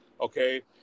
Okay